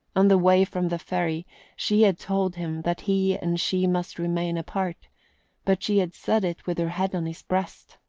on the way from the ferry she had told him that he and she must remain apart but she had said it with her head on his breast.